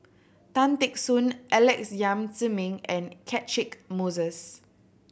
Tan Teck Soon Alex Yam Ziming and Catchick Moses